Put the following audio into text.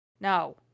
No